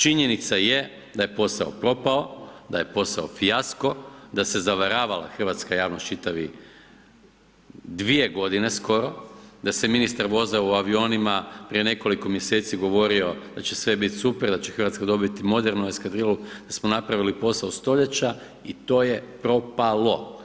Činjenica je da je posao propao, da je posao fijasko, da se zavaravala hrvatska javnost čitavi dvije godine skoro, da se ministar vozao u avionima, prije nekoliko mjeseci govorio da će sve biti super, da će Hrvatska dobiti modernu eskadrilu, da smo napravili posao stoljeća i to je propalo.